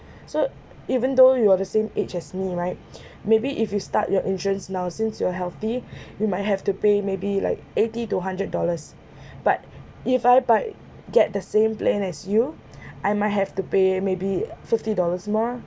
so even though you are the same age as me right maybe if you start your insurance now since you are healthy you might have to pay maybe like eighty to hundred dollars but if I buy get the same plan as you I might have to pay maybe fifty dollars more